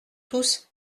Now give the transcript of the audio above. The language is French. tous